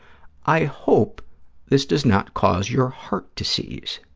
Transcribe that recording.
i hope this does not cause your heart to seize.